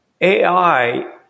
AI